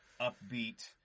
upbeat